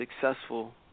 successful